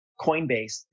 Coinbase